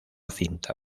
cinta